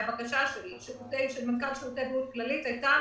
הבקשה של מנכ"ל שירותי בריאות כללית הייתה,